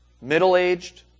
middle-aged